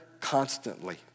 constantly